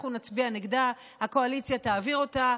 אנחנו נצביע נגדה, הקואליציה תעביר אותה.